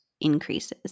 increases